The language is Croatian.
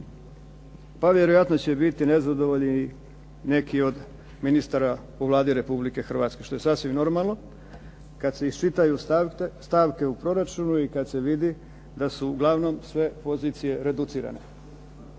pa vjerojatno će biti nezadovoljni neki ministri u Vladi Republike Hrvatske, što je sasvim normalno, kada se iščitaju stavke u proračunu i kada se vidi da su uglavnom sve pozicije reducirane.